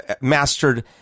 mastered